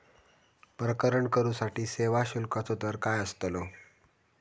प्रकरण करूसाठी सेवा शुल्काचो दर काय अस्तलो?